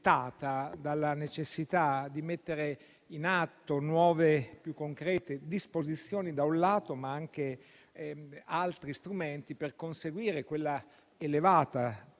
dalla necessità di mettere in atto nuove e più concrete disposizioni - da un lato - ma anche altri strumenti - dall'altro lato - per conseguire quella elevata